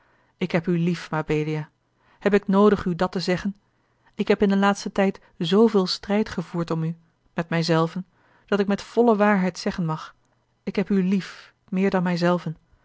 ik heb u lief mabelia heb ik noodig u dat te zeggen ik heb in den laatsten tijd zooveel strijd gevoerd om u met mij zelven dat ik met volle waarheid zeggen mag ik heb u lief meer dan mij